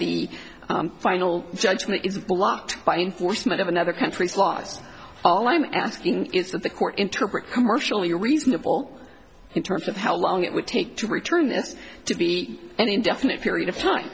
the final judgement is blocked by enforcement of another country's laws all i'm asking is that the court interpret commercially reasonable in terms of how long it would take to return it's to be an indefinite period of time